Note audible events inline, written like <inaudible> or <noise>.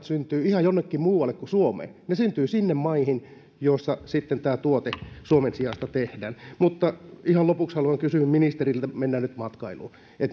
<unintelligible> syntyvät ihan jonnekin muualle kuin suomeen ne syntyvät maihin joissa tämä tuote suomen sijasta sitten tehdään ihan lopuksi haluan kysyä ministeriltä mennään nyt matkailuun